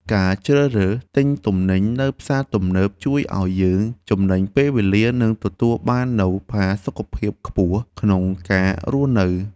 ការជ្រើសរើសទិញទំនិញនៅផ្សារទំនើបជួយឱ្យយើងចំណេញពេលវេលានិងទទួលបាននូវផាសុកភាពខ្ពស់ក្នុងការរស់នៅ។